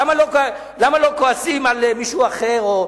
למה לא כועסים על מישהו אחר?